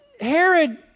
Herod